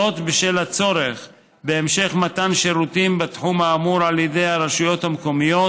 זאת בשל הצורך בהמשך מתן שירותים בתחום האמור על ידי הרשויות המקומיות,